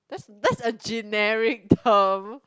that's that's a generic term